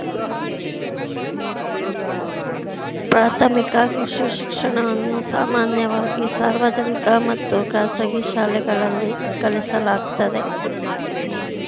ಪ್ರಾಥಮಿಕ ಕೃಷಿ ಶಿಕ್ಷಣವನ್ನ ಸಾಮಾನ್ಯವಾಗಿ ಸಾರ್ವಜನಿಕ ಮತ್ತು ಖಾಸಗಿ ಶಾಲೆಗಳಲ್ಲಿ ಕಲಿಸಲಾಗ್ತದೆ